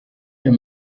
iyo